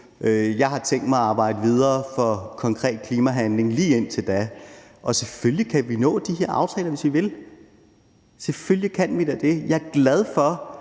Jeg har tænkt mig at arbejde videre for konkret klimahandling lige indtil da. Og selvfølgelig kan vi nå de her aftaler, hvis vi vil – selvfølgelig kan vi da det. Jeg er glad for,